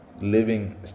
living